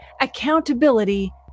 accountability